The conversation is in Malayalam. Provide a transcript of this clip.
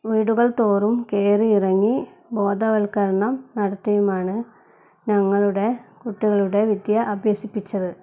വീടുകൾ തോറും കയറി ഇറങ്ങി ബോധവൽക്കരണം നടത്തിയുമാണ് ഞങ്ങളുടെ കുട്ടികളുടെ വിദ്യ അഭ്യസിപ്പിച്ചത്